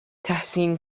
تحسین